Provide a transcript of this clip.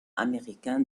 américain